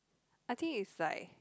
I think it's like